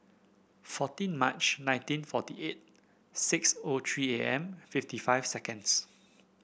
fourteen March nineteen forty eight six O three A M fifty five seconds